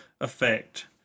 effect